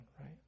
right